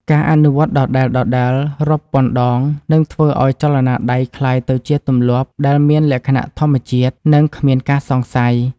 ការអនុវត្តដដែលៗរាប់ពាន់ដងនឹងធ្វើឱ្យចលនាដៃក្លាយទៅជាទម្លាប់ដែលមានលក្ខណៈធម្មជាតិ និង គ្មានការសង្ស័យ។